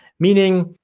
meaning,